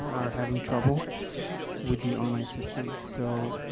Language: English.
are having trouble with the online system. so, ah,